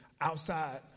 outside